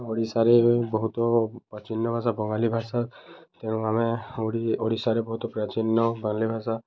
ଓଡ଼ିଶାରେ ବହୁତ ପ୍ରାଚୀନ ଭାଷା ବଙ୍ଗାଳୀ ଭାଷା ତେଣୁ ଆମେ ଓଡ଼ି ଓଡ଼ିଶାରେ ବହୁତ ପ୍ରାଚୀନ ବଙ୍ଗାଳୀ ଭାଷା